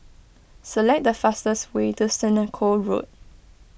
select the fastest way to Senoko Road